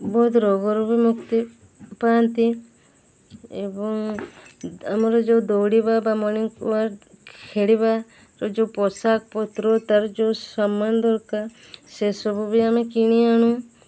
ବହୁତ ରୋଗରୁ ବି ମୁକ୍ତି ପାଆନ୍ତି ଏବଂ ଆମର ଯେଉଁ ଦୌଡ଼ିବା ବା ମର୍ଣ୍ଣନିଂ ୱାକ୍ ଖେଳିବାର ଯେଉଁ ପୋଷାକପତ୍ର ତା'ର ଯେଉଁ ସାମାନ ଦରକାର ସେସବୁ ବି ଆମେ କିଣି ଆଣୁ